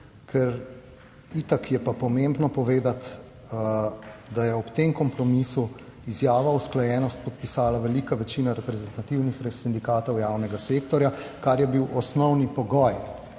kompromis, je pa pomembno povedati, da je ob tem kompromisu izjavo o usklajenosti podpisala velika večina reprezentativnih sindikatov javnega sektorja, kar je bil osnovni pogoj.